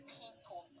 people